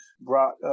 brought